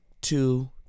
two